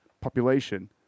population